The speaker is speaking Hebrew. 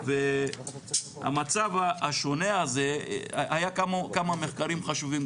המצב השונה הזה היה כמה מחקרים חשובים,